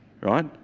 right